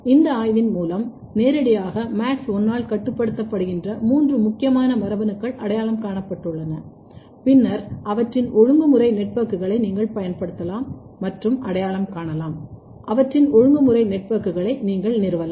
இந்த ஆய்வின் மூலம் நேரடியாக MADS1 ஆல் கட்டுப்படுத்தப்படுகின்ற மூன்று முக்கியமான மரபணுக்கள் அடையாளம் காணப்பட்டுள்ளன பின்னர் அவற்றின் ஒழுங்குமுறை நெட்வொர்க்குகளை நீங்கள் பயன்படுத்தலாம் மற்றும் அடையாளம் காணலாம் அவற்றின் ஒழுங்குமுறை நெட்வொர்க்குகளை நீங்கள் நிறுவலாம்